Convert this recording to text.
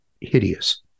hideous